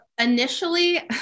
initially